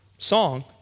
Song